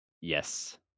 Yes